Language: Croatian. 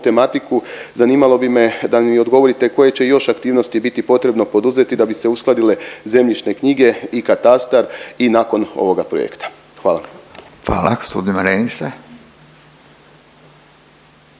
tematiku zanimalo bi me da mi odgovorite koje će još aktivnosti biti potrebno poduzeti da bi se uskladile zemljišne knjige i katastar i nakon ovoga projekta. Hvala. **Radin, Furio